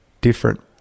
different